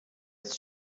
ist